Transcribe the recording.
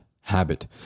Habit